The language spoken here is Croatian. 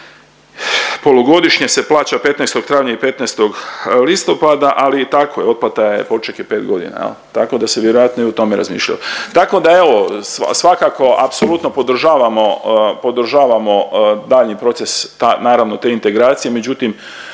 polugodišnje se plaća 15. travnja i 15. listopada, ali tako je otplata je poček je pet godina, tako se vjerojatno i o tome razmišljalo. Tako da evo svakako apsolutno podržavamo, podržavamo daljnji proces naravno te integracije, međutim